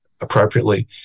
appropriately